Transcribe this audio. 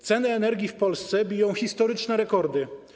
Ceny energii w Polsce biją historyczne rekordy.